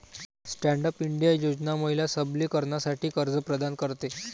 stand up India योजना महिला सबलीकरणासाठी कर्ज प्रदान करते